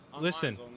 Listen